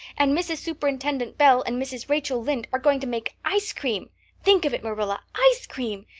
and mrs. superintendent bell and mrs. rachel lynde are going to make ice cream think of it, marilla ice cream!